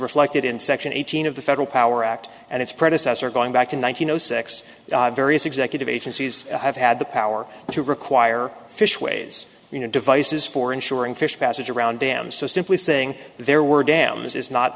reflected in section eighteen of the federal power act and its predecessor going back to nine hundred six various executive agencies have had the power to require fish ways you know devices for ensuring fish passes around dams so simply saying there were dams is not